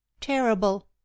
terrible